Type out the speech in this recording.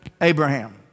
Abraham